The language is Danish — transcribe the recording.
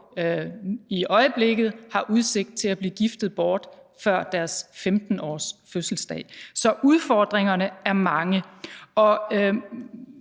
i øjeblikket, har udsigt til at blive giftet bort før deres 15-årsfødselsdag. Så udfordringerne er mange.